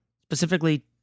Specifically